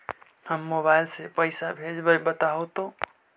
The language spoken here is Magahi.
हम मोबाईल से पईसा भेजबई बताहु तो?